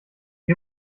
die